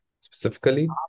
specifically